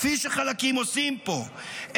כפי חלקים עושים פה,